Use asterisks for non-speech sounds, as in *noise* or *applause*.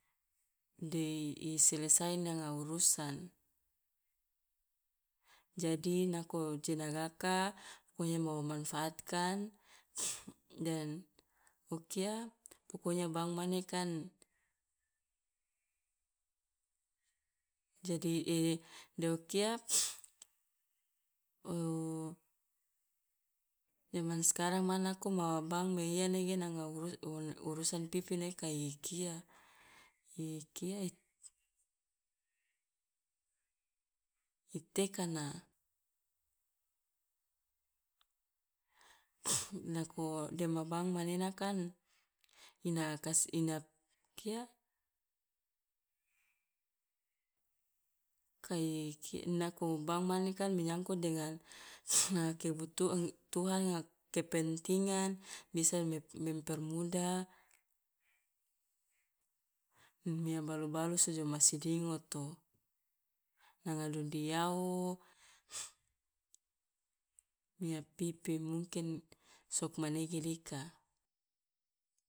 De i selesai nanga urusan. Jadi nako je nagaka pokonya wo manfaatkan *noise* dan o kia pokonya bank mane kan jadi *hesitation* de o kia *noise* *hesitation* jaman sekarang ma nako ma bank meiya nege nanga uru- un- urusan pipi ne kai kia *hesitation* kia i tekana *noise* nako dema bank manena kan ina kas ina kia? Kai ki nako bank mane kan menyangkut dengan *noise* na kebutu tuhan na kepentingan, bisa me- mempermudah mia balu balusu jo ma sidingoto, nanga dodiawu, *noise* mia pipi, mungkin sokmanege dika.